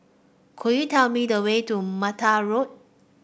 could you tell me the way to Mata Road